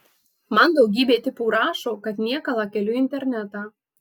man daugybė tipų rašo kad niekalą keliu į internetą